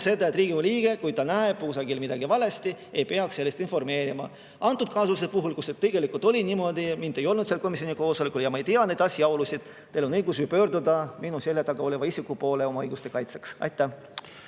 seda, et Riigikogu liige, kui ta näeb, et kusagil on midagi valesti, ei peaks sellest informeerima. Teie märgitud juhtumi puhul, kus see tegelikult oli niimoodi – mind ei olnud sellel komisjoni koosolekul ja ma ei tea neid asjaolusid. Teil on õigus pöörduda minu selja taga oleva isiku poole oma õiguste kaitseks. Rain